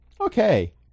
Okay